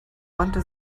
wandte